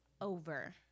over